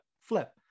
flip